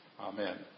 Amen